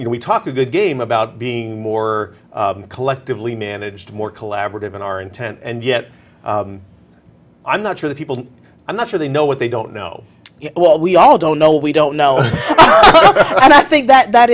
you know we talk a good game about being more collectively managed more collaborative in our intent and yet i'm not sure the people i'm not sure they know what they don't know what we all don't know we don't know and i think that that